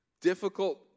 difficult